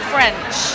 French